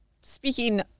Speaking